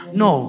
no